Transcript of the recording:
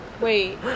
wait